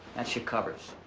that's your covers,